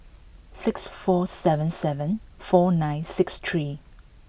six four seven seven four nine six three